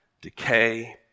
decay